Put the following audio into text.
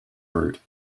route